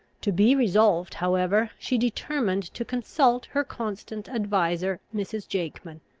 to be resolved however, she determined to consult her constant adviser, mrs. jakeman,